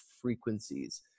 frequencies